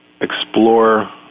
explore